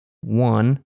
one